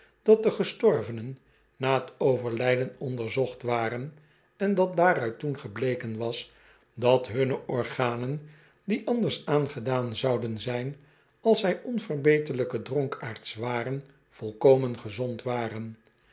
dat de gestorvenen na t overlijden onderzocht waren en dat daaruit toen gebleken was dat hunne organen die anders aangedaan zouden zijn als zij onverbeterlijke dronkaards waren volkomen gezond waren